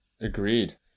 agreed